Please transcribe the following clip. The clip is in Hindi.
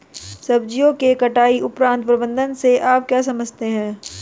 सब्जियों के कटाई उपरांत प्रबंधन से आप क्या समझते हैं?